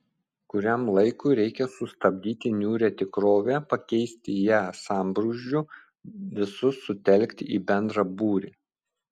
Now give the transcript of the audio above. kuriam laikui reikia sustabdyti niūrią tikrovę pakeisti ją sambrūzdžiu visus sutelkti į bendrą būrį